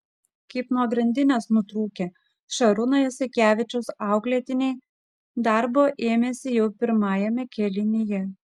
kaip nuo grandinės nutrūkę šarūno jasikevičiaus auklėtiniai darbo ėmėsi jau pirmajame kėlinyje